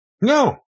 No